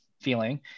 feeling